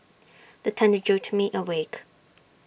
the thunder jolt me awake